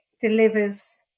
delivers